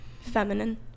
feminine